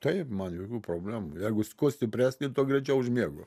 taip man jokių problemų jeigus kuo stipresnė tuo greičiau užmiegu